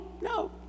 No